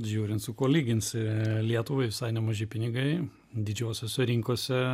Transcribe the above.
žiūrint su kuo lyginsi lietuvai visai nemaži pinigai didžiosiose rinkose